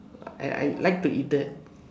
I I like to eat that